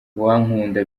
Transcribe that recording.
uwankunda